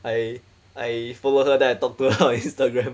I I follow her then I talk to Instagram